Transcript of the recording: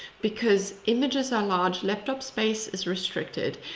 because images are large. laptop space is restricted,